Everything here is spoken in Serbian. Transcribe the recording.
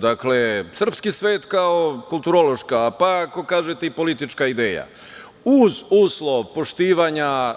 Dakle, srpski svet kao kulturološka, pa ako kažete i politička ideja uz uslov poštovanja